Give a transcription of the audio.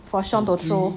for shaun to throw